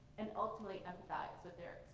and ultimately empathize with their